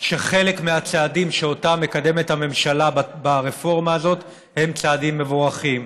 שחלק מהצעדים שמקדמת הממשלה ברפורמה הזאת הם צעדים מבורכים: